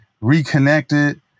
reconnected